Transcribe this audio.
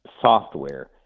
software